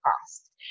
cost